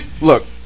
look